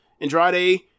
Andrade